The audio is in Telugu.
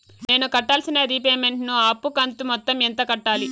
నేను కట్టాల్సిన రీపేమెంట్ ను అప్పు కంతు మొత్తం ఎంత కట్టాలి?